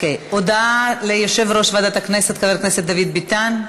הודעה ליושב-ראש ועדת הכנסת חבר הכנסת דוד ביטן.